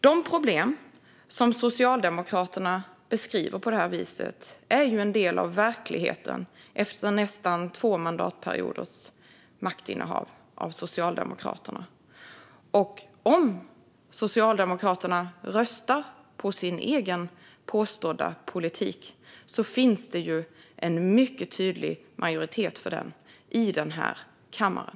De problem som Socialdemokraterna beskriver på det här viset är en del av verkligheten efter nästan två mandatperioders socialdemokratiskt maktinnehav. Om Socialdemokraterna röstade på sin egen påstådda politik skulle det ju finnas en mycket tydlig majoritet för den i den här kammaren.